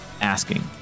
asking